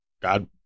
God